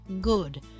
good